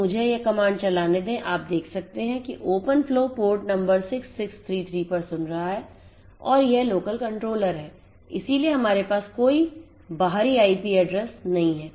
तो मुझे यह कमांड चलाने दें आप देख सकते हैं कि Open flow port नंबर 6633 पर सुन रहा है और यह लोकल कंट्रोलर है इसीलिए हमारे पास कोई बाहरी आईपी एड्रेस नहीं है